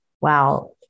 Wow